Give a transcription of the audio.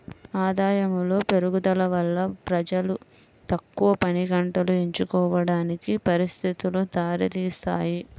ఆదాయములో పెరుగుదల వల్ల ప్రజలు తక్కువ పనిగంటలు ఎంచుకోవడానికి పరిస్థితులు దారితీస్తాయి